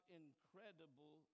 incredible